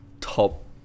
top